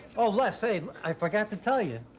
oh, les, hey, i forgot to tell you,